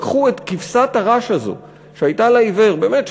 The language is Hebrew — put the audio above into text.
לקחו את כבשת הרש הזו שהייתה לעיוור באמת,